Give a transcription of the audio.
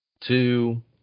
Two